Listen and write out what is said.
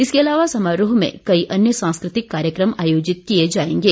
इसके अलावा समारोह में कई अन्य सांस्कृतिक कार्यक्रम आयोजित किए जाएंगे